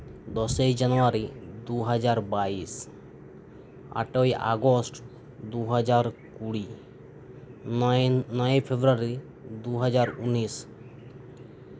ᱫᱚᱥᱮᱭ ᱡᱟᱱᱩᱣᱟᱨᱤ ᱫᱩ ᱦᱟᱡᱟᱨ ᱵᱟᱭᱤᱥ ᱟᱴᱳᱭ ᱟᱜᱚᱥᱴ ᱫᱩᱦᱟᱡᱟᱨ ᱠᱩᱲᱤ ᱱᱚᱭᱮᱭ ᱯᱷᱮᱵᱽᱨᱩᱣᱟᱨᱤ ᱫᱩ ᱦᱟᱡᱟᱨ ᱩᱱᱤᱥ